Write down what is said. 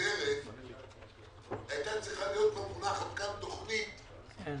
ומסודרת היתה צריכה כבר להיות מונחת כאן תכנית של